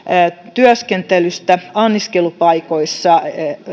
työskentelystä anniskelupaikoissa